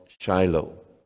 Shiloh